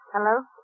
Hello